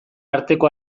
arteko